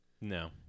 no